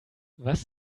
was